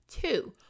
Two